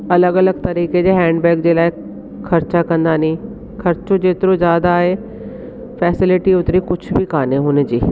अलॻि अलॻि तरीक़े जा हैंडबैग जे लाइ ख़र्चा कंदा नी ख़र्चो जेतिरो ज़्यादा आहे फैसिलिटी होतरी कुझु बि कोन्हे हुन जी